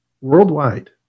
worldwide